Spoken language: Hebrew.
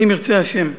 אם ירצה השם.